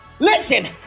listen